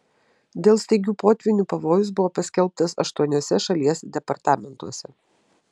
dėl staigių potvynių pavojus buvo paskelbtas aštuoniuose šalies departamentuose